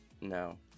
no